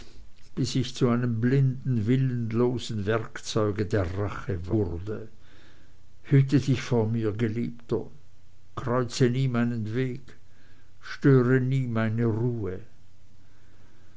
bis ich zu einem blinden willenlosen werkzeuge der rache wurde hüte dich vor mir geliebter kreuze nie meinen weg störe nie meine ruhe